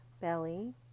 belly